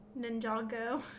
Ninjago